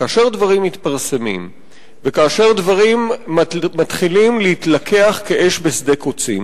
כאשר דברים מתפרסמים וכאשר דברים מתחילים להתלקח כאש בשדה קוצים,